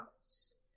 house